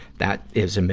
that is a,